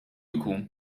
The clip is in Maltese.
jkun